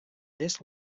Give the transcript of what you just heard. this